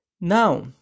now